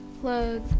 clothes